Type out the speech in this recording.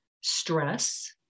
stress